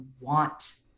want